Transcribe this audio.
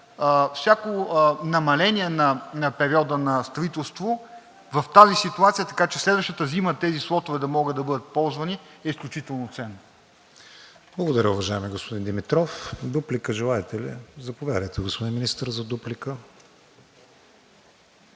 всяко намаление на периода на строителство в тази ситуация, така че следващата зима тези слотове да могат да бъдат ползвани, е изключително ценно. ПРЕДСЕДАТЕЛ КРИСТИАН ВИГЕНИН: Благодаря, уважаеми господин Димитров. Дуплика желаете ли? Заповядайте, господин Министър, за дуплика.